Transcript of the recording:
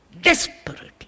desperately